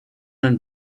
and